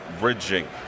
bridging